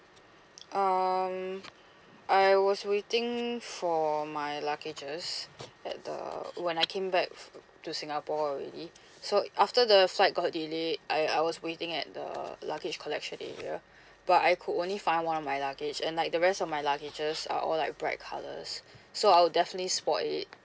um I was waiting for my luggages at the when I came back f~ to singapore already so after the flight got delayed I I was waiting at the luggage collection area but I could only find one of my luggage and like the rest of my luggages are all like bright colours so I'll definitely spot it